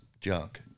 junk